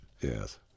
Yes